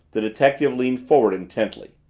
the detective leaned forward intently.